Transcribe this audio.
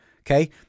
okay